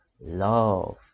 love